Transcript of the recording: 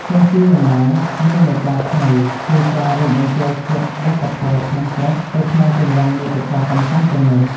ទោះជាយ៉ាងណា និន្នាការថ្មីគឺការ រួមបញ្ចូល ធាតុវប្បធម៌ក្នុងស្រុកទៅក្នុងទម្រង់មាតិកាកម្សាន្តទាំងនោះ។